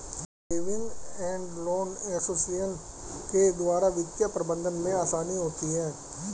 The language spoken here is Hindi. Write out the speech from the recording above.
सेविंग एंड लोन एसोसिएशन के द्वारा वित्तीय प्रबंधन में आसानी होती है